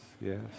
yes